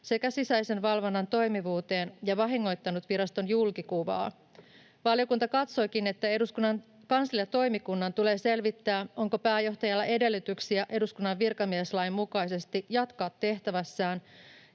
sekä sisäisen valvonnan toimivuuteen ja vahingoittanut viraston julkikuvaa. Valiokunta katsookin, että eduskunnan kansliatoimikunnan tulee selvittää, onko pääjohtajalla edellytyksiä eduskunnan virkamieslain mukaisesti jatkaa tehtävässään,